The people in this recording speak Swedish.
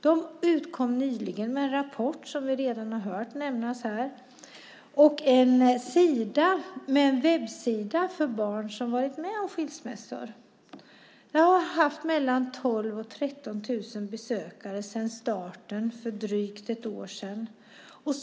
De utkom nyligen med en rapport, som vi redan har hört nämnas här, och har en webbsida för barn som har varit med om skilsmässor. Den har haft mellan 12 000 och 13 000 besökare sedan starten för drygt ett år sedan.